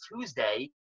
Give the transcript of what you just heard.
Tuesday